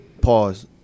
Pause